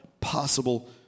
possible